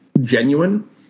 genuine